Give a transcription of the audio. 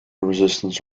resistance